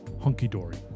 hunky-dory